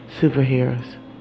superheroes